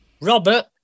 Robert